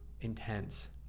intense